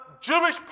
Jewish